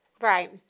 Right